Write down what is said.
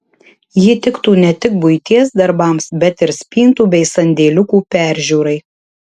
ji tiktų ne tik buities darbams bet ir spintų bei sandėliukų peržiūrai